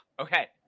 Okay